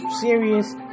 serious